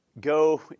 go